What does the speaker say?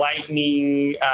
lightning